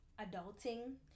adulting